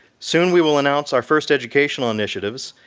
soon we will announce our first educational initiatives,